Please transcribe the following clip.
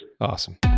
awesome